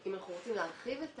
אם אנחנו רוצים להרחיב את